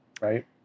right